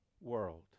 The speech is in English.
world